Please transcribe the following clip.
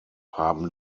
haben